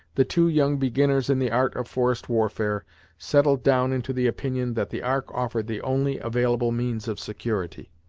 the two young beginners in the art of forest warfare settled down into the opinion that the ark offered the only available means of security.